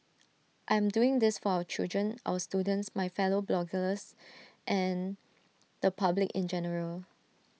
I am doing this for our children our students my fellow bloggers and the public in general